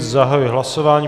Zahajuji hlasování.